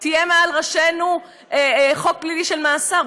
יהיה מעל ראשינו חוק פלילי של מאסר?